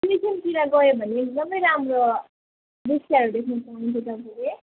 चुइखिमतिर गयो भने एकदमै राम्रो दृश्यहरू देख्न सक्नुहुन्छ तपाईँले